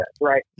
right